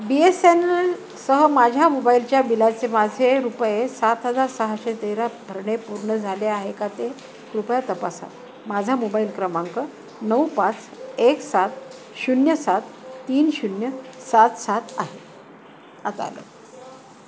बी S एनसह माझ्या मोबाईलच्या बिलाचे माझे रुपये सात हजार सहाशे तेरा भरणे पूर्ण झाले आहे का ते कृपया तपासा माझा मोबाईल क्रमांक नऊ पाच एक सात शून्य सात तीन शून्य सात सात आहे आता आलं